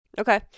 Okay